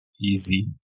easy